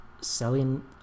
selling